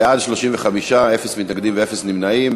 בעד, 35, אפס מתנגדים ואפס נמנעים.